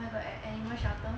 like a animal shelter